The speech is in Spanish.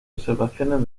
observaciones